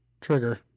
Trigger